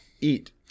eat